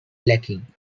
lacking